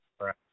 Right